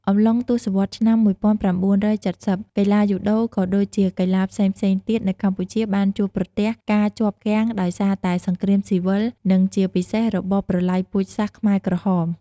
អំឡុងទសវត្សរ៍ឆ្នាំ១៩៧០ កីឡាយូដូក៏ដូចជាកីឡាផ្សេងៗទៀតនៅកម្ពុជាបានជួបប្រទះការជាប់គាំងដោយសារតែសង្គ្រាមស៊ីវិល និងជាពិសេសរបបប្រល័យពូជសាសន៍ខ្មែរក្រហម ។